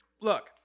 Look